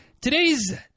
today's